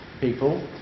people